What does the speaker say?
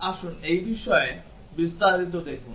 আসুন এই বিষয়ে বিস্তারিত দেখুন